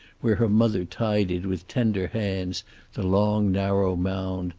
where her mother tidied with tender hands the long narrow mound,